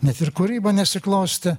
net ir kūryba nesiklostė